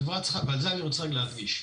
על זה אני רוצה רק להדגיש,